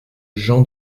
jean